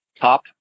top